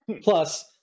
plus